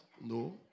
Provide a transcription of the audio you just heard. No